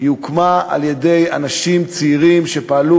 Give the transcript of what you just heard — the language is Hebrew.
היא הוקמה על-ידי אנשים צעירים שפעלו